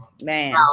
Man